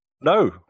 No